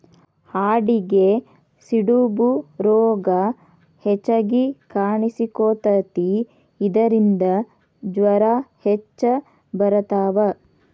ಆಡಿಗೆ ಸಿಡುಬು ರೋಗಾ ಹೆಚಗಿ ಕಾಣಿಸಕೊತತಿ ಇದರಿಂದ ಜ್ವರಾ ಹೆಚ್ಚ ಬರತಾವ